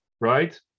right